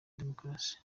demokarasi